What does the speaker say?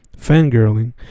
Fangirling